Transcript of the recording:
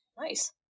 nice